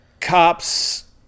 cops